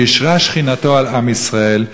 שהשרה שכינתנו על עם ישראל,